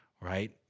Right